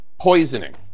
poisoning